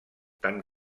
tan